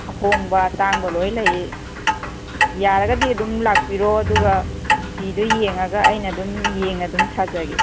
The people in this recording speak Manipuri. ꯍꯣꯡꯕ ꯇꯥꯡꯕ ꯂꯣꯏ ꯂꯩ ꯌꯥꯔꯒꯗꯤ ꯑꯗꯨꯝ ꯂꯥꯛꯄꯤꯔꯣ ꯑꯗꯨꯒ ꯐꯤꯗꯨ ꯌꯦꯡꯉꯒ ꯑꯩꯅ ꯑꯗꯨꯝ ꯌꯦꯡꯅ ꯑꯗꯨꯝ ꯁꯥꯖꯒꯦ